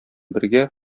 бергә